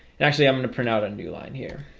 and actually i'm gonna print out a new line here